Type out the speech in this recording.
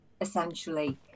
essentially